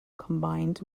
combined